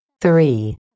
Three